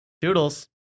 Doodles